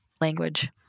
language